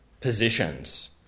positions